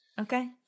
Okay